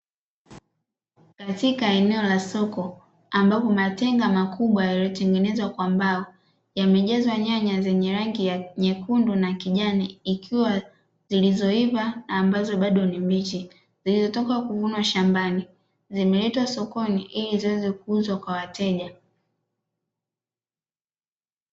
Katika eneo la soko, ambapo matenga makubwa yaliyotengenezwa kwa mbao, yamejazwa nyanya zenye rangi nyekundu na kijani, ikiwa zilizoiva na ambazo bado ni mbichi, zilizotoka kuvunwa shambani, zimeletwa sokoni ili ziweze kuuzwa kwa wateja.